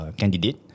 candidate